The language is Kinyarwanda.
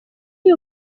uyu